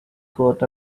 got